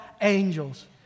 angels